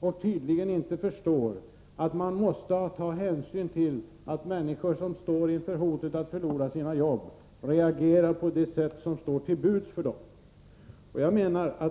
och tydligen inte förstår att man måste ta hänsyn till att människor som står inför hotet att förlora sina jobb reagerar på det sätt som står till buds för dem.